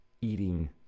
eating